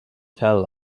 tell